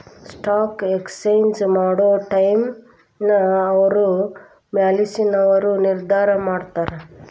stock exchange ಮಾಡೊ ಟೈಮ್ನ ಅವ್ರ ಮ್ಯಾಲಿನವರು ನಿರ್ಧಾರ ಮಾಡಿರ್ತಾರ